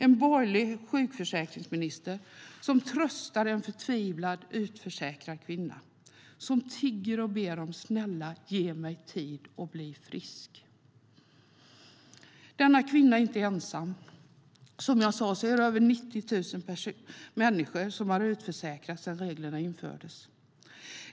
En borgerlig sjukförsäkringsminister tröstar en förtvivlad utförsäkrad kvinna, som tigger och ber: Snälla, ge mig tid att bli frisk! Denna kvinna är inte ensam. Som jag sa är det över 90 000 människor som har utförsäkrats sedan reglerna infördes.